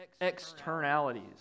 externalities